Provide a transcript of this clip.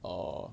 err